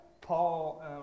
Paul